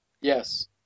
yes